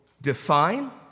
define